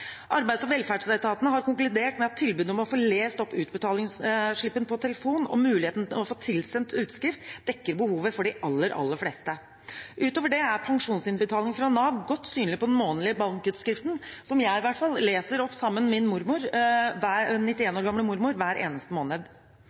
Arbeids- og velferdsetaten har konkludert med at tilbudet om å få lest opp utbetalingsslippen på telefon og muligheten til å få tilsendt utskrift dekker behovet for de aller fleste. Utover det er pensjonsinnbetaling fra Nav godt synlig på den månedlige bankutskriften – som jeg, i hvert fall, leser opp sammen med min 91 år gamle mormor hver eneste måned.